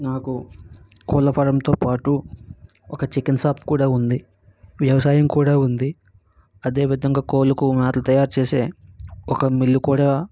నాకు కోళ్ళఫారంతో పాటు ఒక చికెన్ షాప్ కూడా ఉంది వ్యవసాయం కూడా ఉంది అదేవిధంగా కోళ్ళకు మేత తయారు చేసే ఒక మిల్లు కూడా